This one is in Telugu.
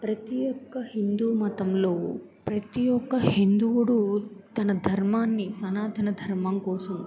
ప్రతి ఒక్క హిందూ మతంలో ప్రతి ఒక్క హిందవుడు తన ధర్మాన్ని సనాతన ధర్మం కోసం